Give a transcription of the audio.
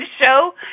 show